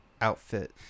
outfit